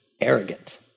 arrogant